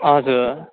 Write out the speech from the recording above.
हजुर